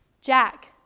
Jack